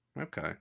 okay